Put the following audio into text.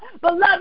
Beloved